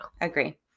Agree